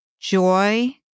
joy